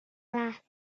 last